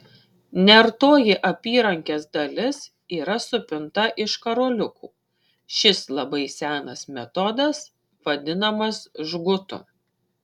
nertoji apyrankės dalis yra supinta iš karoliukų šis labai senas metodas vadinamas žgutu